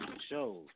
shows